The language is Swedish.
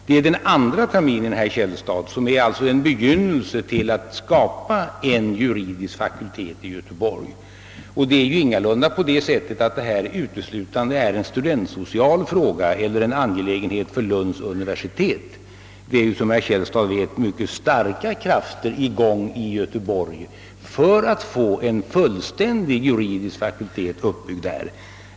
Det är den andra terminen, herr Källstad, som är en begynnelse till skapandet av en juridisk fakultet i Göteborg, och det är ingalunda på det sättet att detta uteslutande är en studiesocial fråga eller en angelägenhet för Lunds universitet. Det finns, som herr Källstad vet, mycket starka krafter i gång i Göteborg för att få en fullständig juridisk fakultet uppbyggd där.